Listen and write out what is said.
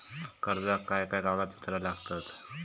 कर्जाक काय काय कागदपत्रा लागतत?